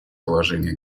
положения